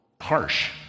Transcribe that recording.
harsh